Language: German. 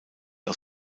aus